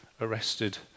arrested